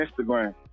Instagram